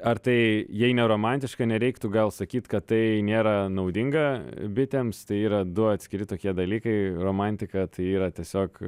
ar tai jei neromantiška nereiktų gal sakyt kad tai nėra naudinga bitėms tai yra du atskiri tokie dalykai romantika tai yra tiesiog